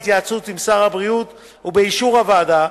בהתייעצות עם שר הבריאות ובאישור הוועדה,